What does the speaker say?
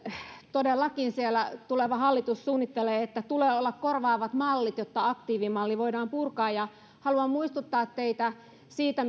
todellakin tuleva hallitus suunnittelee että tulee olla korvaavat mallit jotta aktiivimalli voidaan purkaa haluan muistuttaa teitä siitä